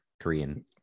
korean